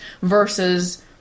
versus